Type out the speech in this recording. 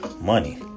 money